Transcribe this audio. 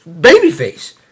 babyface